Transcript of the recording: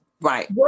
Right